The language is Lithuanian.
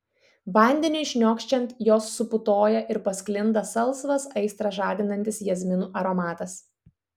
vandeniui šniokščiant jos suputoja ir pasklinda salsvas aistrą žadinantis jazminų aromatas